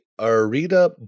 Arita